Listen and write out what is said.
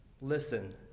Listen